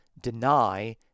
deny